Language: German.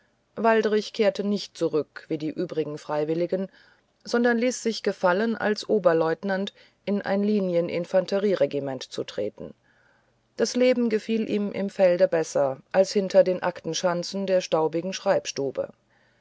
waldrich kehrte nicht zurück wie die übrigen freiwilligen sondern ließ sich gefallen als oberleutnant in ein linien infanterieregiment zu treten das leben gefiel ihm im felde besser als hinter den aktenschanzen der staubigen schreibstube